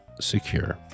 secure